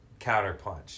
counterpunch